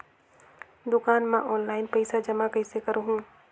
दुकान म ऑनलाइन पइसा जमा कइसे करहु?